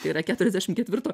tai yra keturiasdešimt ketvirto